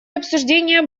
обсуждения